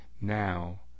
now